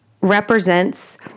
represents